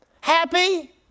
happy